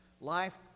Life